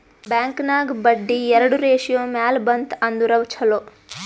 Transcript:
bank ನಾಗ್ ಬಡ್ಡಿ ಎರಡು ratio ಮ್ಯಾಲ ಬಂತ್ ಅಂದುರ್ ಛಲೋ